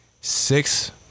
Six